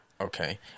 Okay